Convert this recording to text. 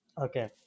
Okay